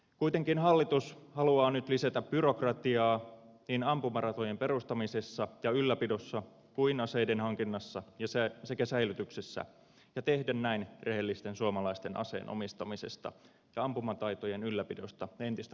kuitenkin hallitus haluaa nyt lisätä byrokratiaa niin ampumaratojen perustamisessa ja ylläpidossa kuin aseiden hankinnassa sekä säilytyksessä ja tehdä näin rehellisten suomalaisten aseen omistamisesta ja ampumataitojen ylläpidosta entistä vaikeampaa